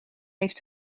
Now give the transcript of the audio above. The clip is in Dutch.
heeft